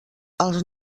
els